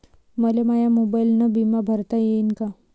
मले माया मोबाईलनं बिमा भरता येईन का?